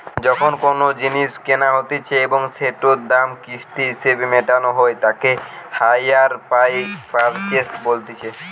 যখন কোনো জিনিস কেনা হতিছে এবং সেটোর দাম কিস্তি হিসেবে মেটানো হই তাকে হাইয়ার পারচেস বলতিছে